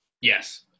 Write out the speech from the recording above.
Yes